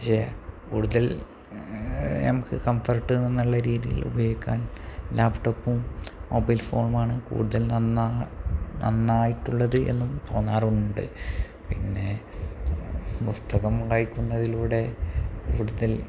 പക്ഷേ കൂടുതൽ നമുക്ക് കംഫർട്ട് എന്നുള്ള രീതിയിൽ ഉപയോഗിക്കാൻ ലാപ്പ് ടോപ്പും മൊബൈൽ ഫോണുമാണ് കൂടുതൽ നന്നായിട്ടുള്ളത് എന്നും തോന്നാറുണ്ട് പിന്നെ പുസ്തകം വായിക്കുന്നതിലൂടെ കൂടുതൽ